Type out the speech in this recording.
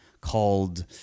called